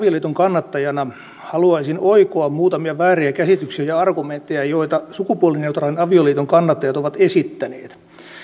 avioliiton kannattajana haluaisin oikoa muutamia vääriä käsityksiä ja argumentteja joita sukupuolineutraalin avioliiton kannattajat ovat esittäneet